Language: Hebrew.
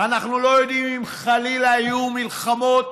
אנחנו לא יודעים אם, חלילה, יהיו מלחמות